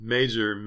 Major